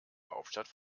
hauptstadt